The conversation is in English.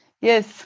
Yes